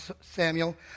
Samuel